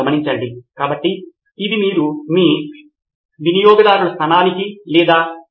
professor కాబట్టి ఒక విషయం ఏమిటంటే అవి రెండూ టెక్ సంబంధిత ఆలోచనలు అని నేను గమనిస్తున్నాను